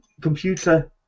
computer